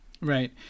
Right